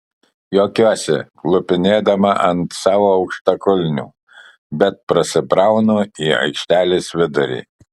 juokiuosi klupinėdama ant savo aukštakulnių bet prasibraunu į aikštelės vidurį